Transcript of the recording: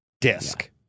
disc